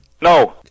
No